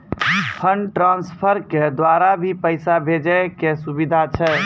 Fund transfer के द्वारा भी पैसा भेजै के सुविधा छै?